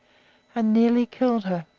and nearly killed her.